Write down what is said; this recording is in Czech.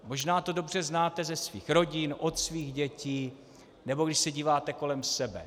Možná to dobře znáte ze svých rodin od svých dětí, nebo když se díváte kolem sebe.